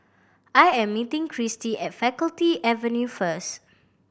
I am meeting Kristi at Faculty Avenue first